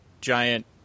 giant